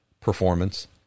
performance